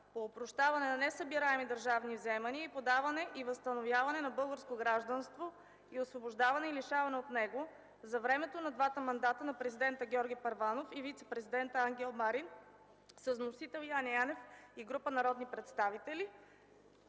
по опрощаване на несъбираеми държавни вземания и по даване и възстановяване на българско гражданство и освобождаване и лишаване от него за времето на двата мандата на президента Георги Първанов и вицепрезидента Ангел Марин, с вносител Яне Янев и група народни представители,